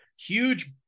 huge